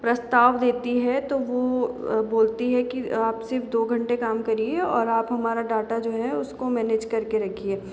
प्रस्ताव देती है तो वो बोलती है कि आप सिर्फ दो घंटे काम करिए और आप हमारा डाटा जो है उसको मेनेज कर के रखिए